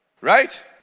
right